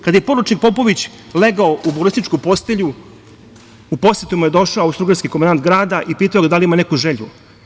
Kada je poručnik Popović legao u bolesničku posetu u posetu mu je došao austrougarski komandant grada i pitao ga da li ima neku želju.